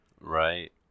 Right